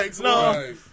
No